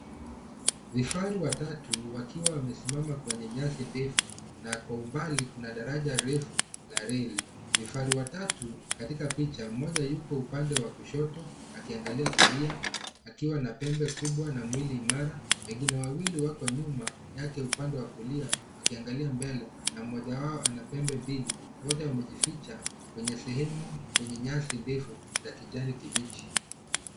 Vifaru watatu wamesimama kwenye nyasi ndefu, na kwa umbali kuna daraja refu la reli. Vifaru hao watatu katika picha, mmoja yuko upande wa kushoto akiangalia kulia, akiwa na pembe kubwa na mwili imara; wawili wako nyuma, upande wa kulia, wakiangalia mbele, na mmoja wao ana pembe mbili. Moto umejificha kwenye sehemu yenye nyasi ndefu na kijani kibichi.